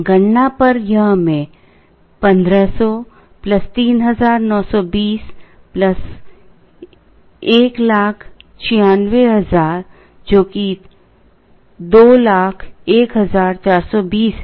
गणना पर यह हमें 1500 3920 196000 जो कि 201420 है